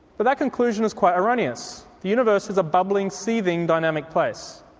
but that conclusion is quite erroneous. the universe is a bubbling, seething dynamic place.